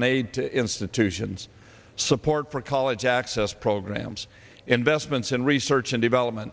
to institutions support for college access programs investments in research and development